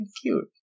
cute